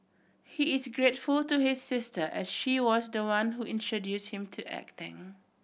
he is grateful to his sister as she was the one who introduced him to acting